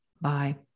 bye